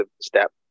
step